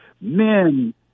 men